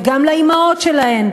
וגם לאימהות שלהם,